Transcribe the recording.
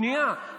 שנייה, שנייה.